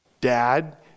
Dad